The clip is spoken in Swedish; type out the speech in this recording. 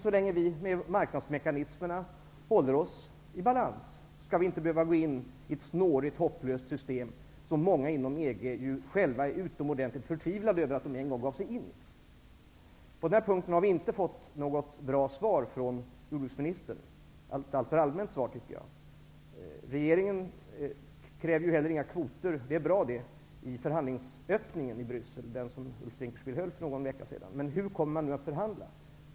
Så länge vi med marknadsmekanismerna håller oss i balans skall vi inte behöva gå in i ett snårigt, hopplöst system som många inom EG själva är utomordentligt förtvivlade över att en gång ha givit sig in i. På denna punkt har vi inte fått något bra svar från jordbruksministern. Svaret har varit alltför allmänt hållet. Regeringen kräver heller inga kvoter i det tal vid förhandlingsöppningen som Ulf Dinkelspiel höll för någon vecka sedan i Bryssel. Det är bra, men hur kommer man nu att förhandla?